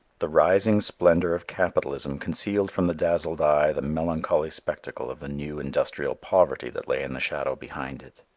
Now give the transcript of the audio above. the rising splendor of capitalism concealed from the dazzled eye the melancholy spectacle of the new industrial poverty that lay in the shadow behind it.